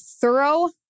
thorough